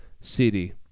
CD